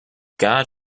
god